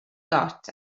got